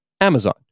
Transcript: Amazon